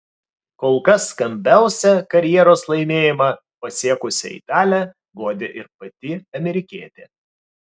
kol kas skambiausią karjeros laimėjimą pasiekusią italę guodė ir pati amerikietė